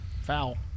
Foul